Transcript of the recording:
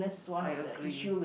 I agree